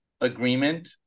agreement